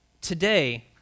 today